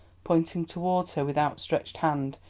pointing towards her with outstretched hand,